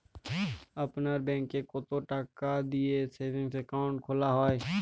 আপনার ব্যাংকে কতো টাকা দিয়ে সেভিংস অ্যাকাউন্ট খোলা হয়?